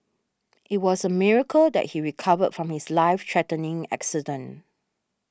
it was a miracle that he recovered from his life threatening accident